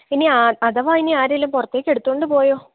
ഇനി ആ അഥവാ ആരെങ്കിലും പുറത്തേക്ക് എടുത്തു കൊണ്ട് പോയോ